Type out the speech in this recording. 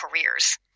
careers